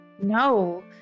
No